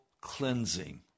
cleansing